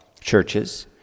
churches